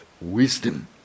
wisdom